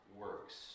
works